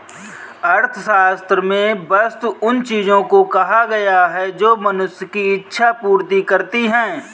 अर्थशास्त्र में वस्तु उन चीजों को कहा गया है जो मनुष्य की इक्षा पूर्ति करती हैं